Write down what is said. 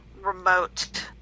remote